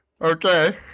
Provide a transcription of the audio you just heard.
okay